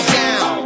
down